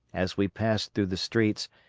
as we passed through the streets,